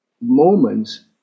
moments